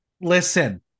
Listen